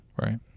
Right